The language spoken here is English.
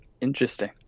Interesting